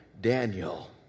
Daniel